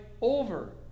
over